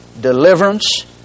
deliverance